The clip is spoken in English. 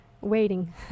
waiting